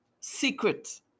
secret